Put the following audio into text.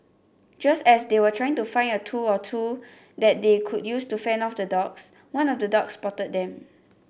just as they were trying to find a tool or two that they could use to fend off the dogs one of the dogs spotted them